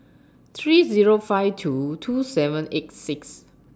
three Zero five two two seven eight six